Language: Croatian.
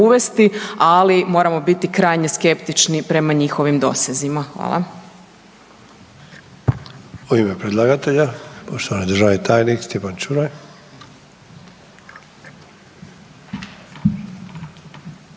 ali moramo biti krajnje skeptični prema njihovim dosezima. Hvala.